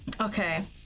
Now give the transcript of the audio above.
Okay